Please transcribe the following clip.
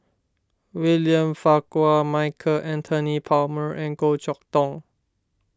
William Farquhar Michael Anthony Palmer and Goh Chok Tong